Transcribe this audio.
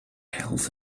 health